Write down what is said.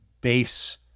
base